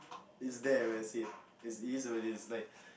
is there what I said as it is what it is like